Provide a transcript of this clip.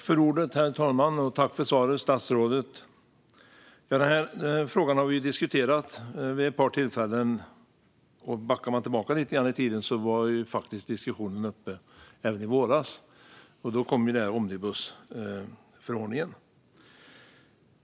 Herr talman! Jag tackar statsrådet för svaret. Vi har diskuterat denna fråga vid ett par tillfällen. Diskussionen var även uppe i våras, och då kom omnibusförordningen.